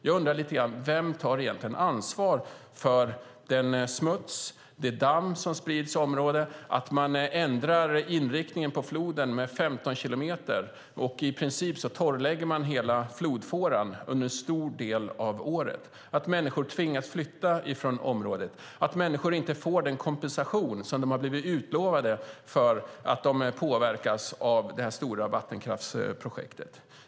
Jag undrar lite grann vem som egentligen tar ansvar för den smuts och det damm som sprids i området, att man ändrar inriktningen på floden med 15 kilometer, att i princip hela flodfåran torrläggs under en stor del av året, att människor tvingas flytta från området och att människor inte får den kompensation som de har blivit utlovade för att de påverkas av det här stora vattenkraftsprojektet.